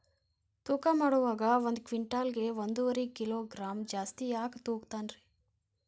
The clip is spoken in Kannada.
ತೂಕಮಾಡುವಾಗ ಒಂದು ಕ್ವಿಂಟಾಲ್ ಗೆ ಒಂದುವರಿ ಕಿಲೋಗ್ರಾಂ ಜಾಸ್ತಿ ಯಾಕ ತೂಗ್ತಾನ ರೇ?